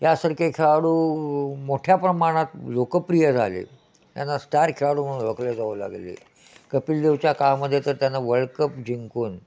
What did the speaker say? यासारखे खेळाडू मोठ्या प्रमाणात लोकप्रिय झाले त्यांना स्टार खेळाडू म्हणून ओळखले जाऊ लागले कपिल देवच्या काळामध्ये तर त्यांना वर्ल्ड कप जिंकून